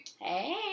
Hey